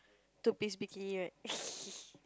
two piece bikini right